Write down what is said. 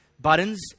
buttons